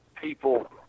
people